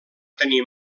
tenir